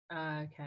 Okay